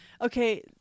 Okay